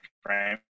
frame